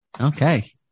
Okay